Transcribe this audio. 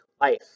life